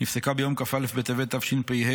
נפסקה ביום כ"א בטבת התשפ"ה,